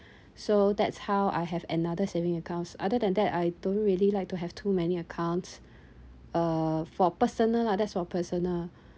so that's how I have another saving accounts other than that I don't really like to have too many accounts uh for personal lah that's for personal